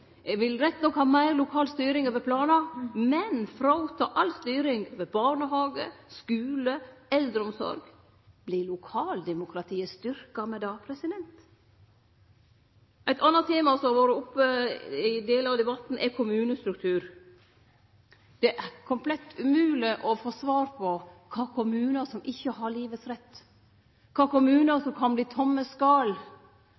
vil rett nok ha meir lokal styring over planar, men ta frå dei all styring over barnehage, skule og eldreomsorg. Vert lokaldemokratiet styrkt ved det! Eit anna tema som har vore oppe i delar av debatten, er kommunestruktur. Det er komplett umogleg å få svar på kva for kommunar som ikkje har livets rett, kva for kommunar